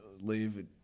leave